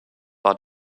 war